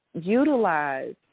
utilize